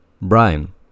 Brian